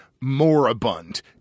moribund